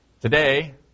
Today